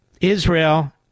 Israel